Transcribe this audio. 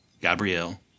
Gabrielle